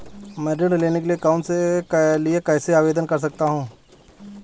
मैं ऋण के लिए कैसे आवेदन कर सकता हूं?